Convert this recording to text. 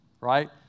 right